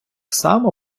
само